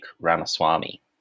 Ramaswamy